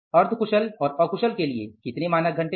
अर्ध कुशल और अकुशल के लिए कितने मानक घंटे हैं